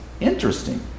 Interesting